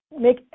make